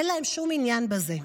אין להם שום עניין בזה,